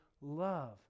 love